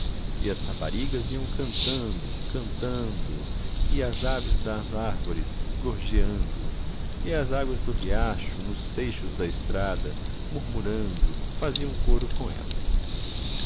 e as raparigas iam cantando cantando e as aves nas árvores gorjeando e as águas do riacho nos seixos da estrada murmurando faziam coro com elas